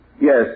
Yes